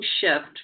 shift